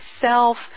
self